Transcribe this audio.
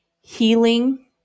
healing